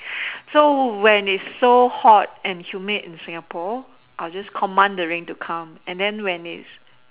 so when it's so hot and humid in Singapore I'll just command the rain to come and then when it's